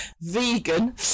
vegan